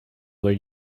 were